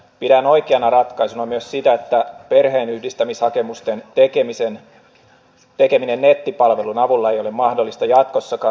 pidän oikeana ratkaisuna myös sitä että perheenyhdistämishakemusten tekeminen nettipalvelun avulla ei ole mahdollista jatkossakaan